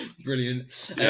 brilliant